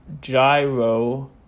Gyro